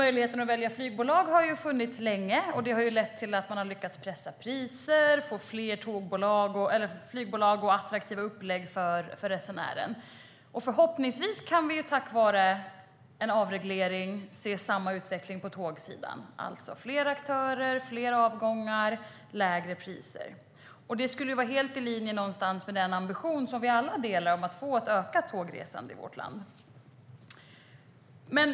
Möjligheten att välja flygbolag har funnits länge, vilket lett till pressade priser, fler flygbolag och attraktiva upplägg för resenären. Förhoppningsvis kan vi, tack vare en avreglering, se samma utveckling på tågsidan, alltså fler aktörer, fler avgångar, lägre priser. Det skulle vara helt i linje med den ambition som vi alla har, att få ett ökat tågresande i vårt land.